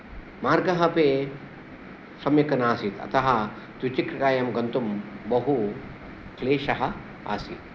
मार्गः अपि सम्यक् नासीत् अतः द्विचक्रिकायां गन्तुं बहु क्लेशः आसीत्